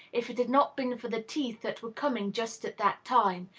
if it had not been for the teeth that were coming just at that time,